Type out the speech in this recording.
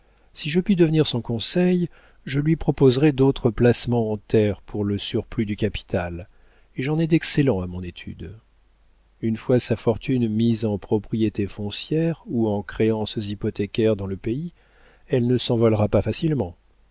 si je puis devenir son conseil je lui proposerai d'autres placements en terre pour le surplus du capital et j'en ai d'excellents à mon étude une fois sa fortune mise en propriétés foncières ou en créances hypothécaires dans le pays elle ne s'envolera pas facilement